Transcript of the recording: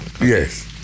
yes